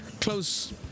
close